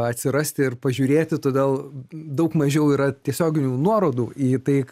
atsirasti ir pažiūrėti todėl daug mažiau yra tiesioginių nuorodų į tai